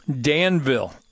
Danville